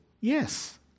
yes